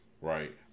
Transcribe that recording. Right